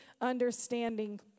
understanding